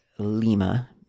Lima